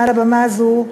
מעל הבמה הזאת,